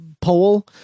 poll